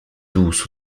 douce